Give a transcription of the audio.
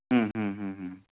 ಹ್ಞೂ ಹ್ಞೂ ಹ್ಞೂ ಹ್ಞೂ